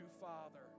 Father